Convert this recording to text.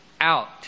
out